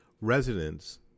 residents